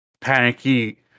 panicky